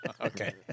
Okay